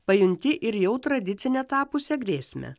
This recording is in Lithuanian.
pajunti ir jau tradicine tapusią grėsmę